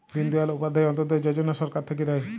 দিন দয়াল উপাধ্যায় অন্ত্যোদয় যজনা সরকার থাক্যে দেয়